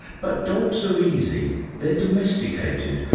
but dogs are easy, they're domesticated,